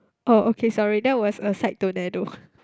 oh okay sorry that was aside tornado